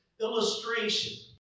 illustration